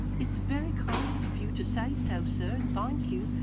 it's very kind of you to say so, sir and thank you.